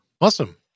Awesome